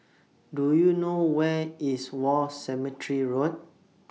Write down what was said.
Do YOU know Where IS War Cemetery Road